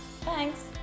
Thanks